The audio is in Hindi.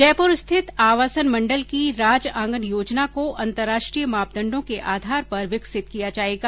जयपुर स्थित आवासन मंडल की राज आंगन योजना को अन्तरराष्ट्रीय मापदंडों के आधार पर विकसित किया जाएगा